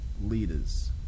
leaders